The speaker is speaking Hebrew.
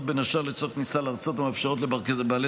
בין השאר לצורך כניסה לארצות המאפשרות לבעלי